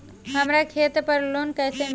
हमरा खेत पर लोन कैसे मिली?